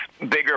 bigger